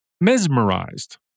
mesmerized